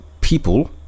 people